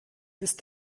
ist